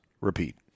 repeat